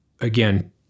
Again